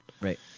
Right